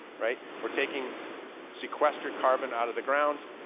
right? we're taking sequestered carbon out of the ground,